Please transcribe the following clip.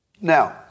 Now